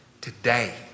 Today